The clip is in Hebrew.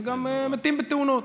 וגם מתים בתאונות.